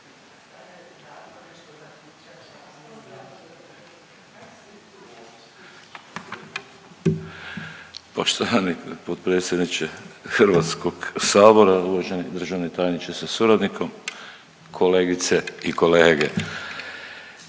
Poštovani potpredsjedniče HS-a, uvaženi državni tajniče sa suradnikom, kolegice i kolege.